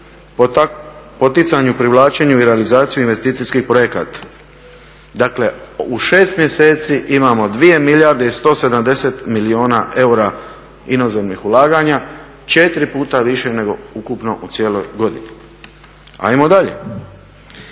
poticanju, privlačenju i realizaciji investicijskih projekata. Dakle, u 6 mjeseci imamo dvije milijarde i 170 milijuna eura inozemnih ulaganja. 4 puta više nego ukupno u cijeloj godini. Ajmo dalje.